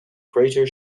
crater